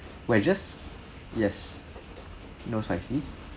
wedges yes no spicy